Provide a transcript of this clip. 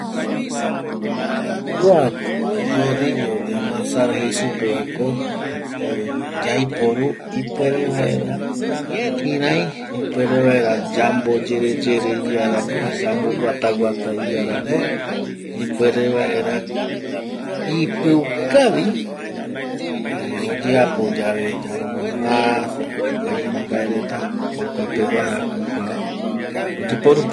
Kua rodillo de amasar jei supevako eh yaiporu ipuere vaera kirai ipuere vaera yamboyereyere iarambo yamboguata guata iarambo ipuere vaera ipiu kavi oyeapo yave yamomasa jukua iru mbae reta jokua peguara jokua oyeporu